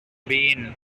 been